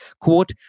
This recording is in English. Quote